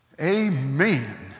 Amen